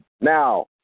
Now